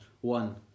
one